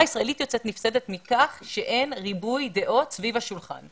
הישראלית יוצאת נפסדת מכך שאין ריבוי דעות סביב השולחן.